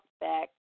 back